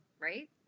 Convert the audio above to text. right